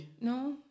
No